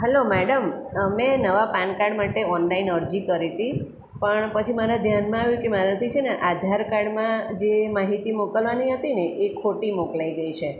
hello madam મેં નવા PAN card માટે ઓનલાઈન અરજી કરી હતી પણ પછી મને ધ્યાનમાં આવ્યું કે મારાથી છેને આધાર કાર્ડમાં જે માહિતી મોકલવાની હતી ને એ ખોટી મોકલાઈ ગઈ છે